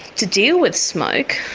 to deal with smoke,